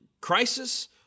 crisis